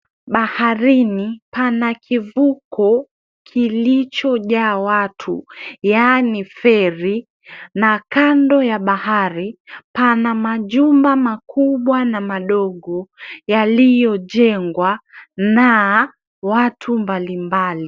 Baharini pana kivuko kilichojaa watu, yani feri, na kando ya bahari pana majumba makubwa na madogo yaliyojengwa na watu mbali mbali.